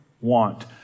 want